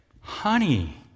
Honey